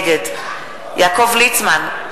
נגד יעקב ליצמן,